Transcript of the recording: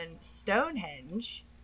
Stonehenge